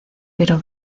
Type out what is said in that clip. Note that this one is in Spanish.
pero